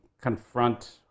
confront